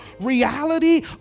reality